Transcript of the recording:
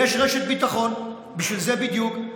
יש רשת ביטחון בשביל זה בדיוק.